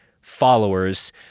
followers